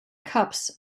cups